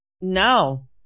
No